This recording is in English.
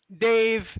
Dave